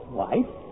wife